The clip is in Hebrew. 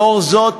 לאור זאת,